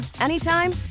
anytime